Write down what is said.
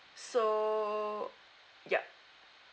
so yup